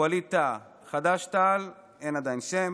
ווליד טאהא, חד"ש-תע"ל, עדיין אין שם.